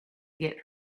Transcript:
get